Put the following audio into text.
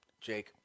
jake